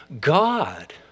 God